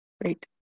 Great